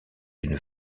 d’une